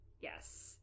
Yes